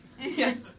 Yes